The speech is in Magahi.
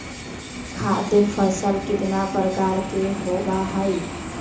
खाद्य फसल कितना प्रकार के होबा हई?